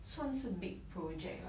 算是 big project lah